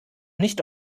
nicht